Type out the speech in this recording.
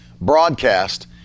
broadcast